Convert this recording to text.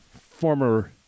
former